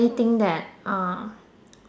think that uh